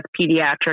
pediatric